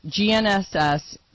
GNSS